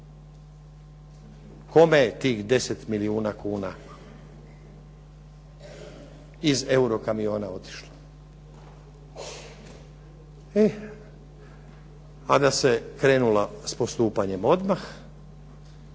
Kome je tih 10 milijuna kuna iz "Eruokamiona" otišlo? E, a da se krenulo s postupanjem odmah,